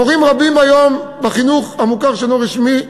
מורים רבים היום בחינוך המוכר שאינו רשמי,